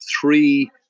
three